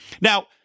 Now